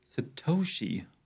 Satoshi